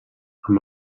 amb